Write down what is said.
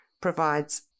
provides